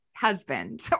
husband